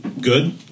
good